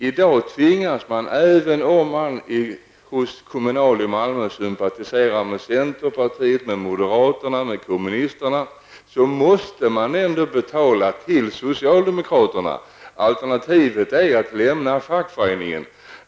I dag tvingas man av Kommunal i Malmö att betala till socialdemokraterna även om man sympatiserar med centerpartiet, moderaterna eller kommunisterna. Alternativet är att lämna fackföreningen.